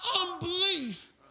unbelief